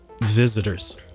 visitors